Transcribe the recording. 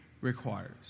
requires